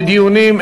בדיונים,